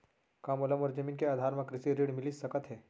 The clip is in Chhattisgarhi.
का मोला मोर जमीन के आधार म कृषि ऋण मिलिस सकत हे?